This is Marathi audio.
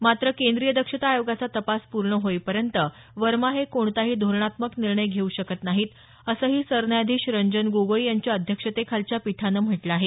मात्र केंद्रीय दक्षता आयोगाचा तपास पूर्ण होईपर्यंत वर्मा हे कोणताही धोरणात्मक निर्णय घेऊ शकत नाहीत असंही सरन्यायाधीश रंजन गोगोई यांच्या अध्यक्षतेखालच्या पीठानं म्हटलं आहे